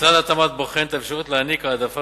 משרד התמ"ת בוחן את האפשרויות להעניק העדפה